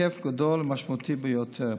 היקף גדול ומשמעותי ביותר.